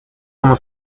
como